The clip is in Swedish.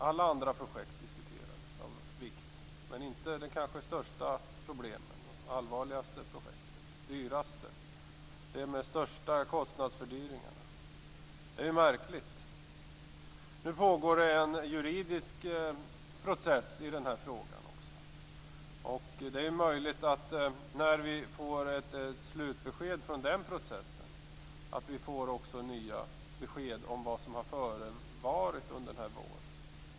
Alla andra projekt av vikt diskuterades - men inte de kanske största problemen och det allvarligaste och dyraste projektet som medförde de största kostnadshöjningarna. Det är märkligt! Nu pågår en juridisk process i frågan. Det är möjligt att vi, när vi får ett slutbesked från den processen, också får nya besked om vad som har förevarit under den här våren.